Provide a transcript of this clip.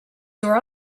your